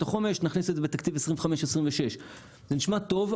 החומש נכניס את זה בתקציב 2025-2026. זה נשמע טוב,